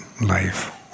life